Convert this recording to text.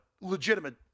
legitimate